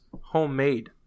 homemade